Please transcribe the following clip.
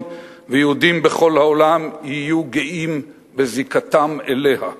ויהודים בכל העולם יהיו גאים בזיקתם אליה,